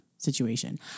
situation